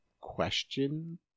question